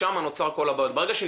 משם נוצרות כל הבעיות.